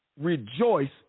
rejoice